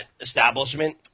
establishment